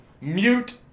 mute